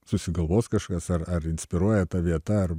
susigalvos kažkas ar ar inspiruoja ta vieta ar